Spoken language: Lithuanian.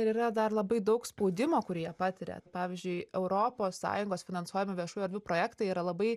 ir yra dar labai daug spaudimo kurį jie patiria pavyzdžiui europos sąjungos finansuojami viešų erdvių projektai yra labai